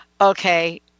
okay